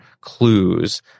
clues